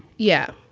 yeah,